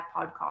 podcast